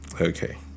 okay